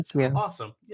Awesome